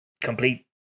complete